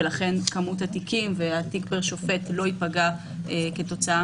ולכן כמות התיקים והתיק פר שופט לא ייפגעו כתוצאה